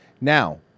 now